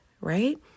right